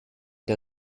der